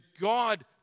God